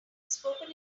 spoken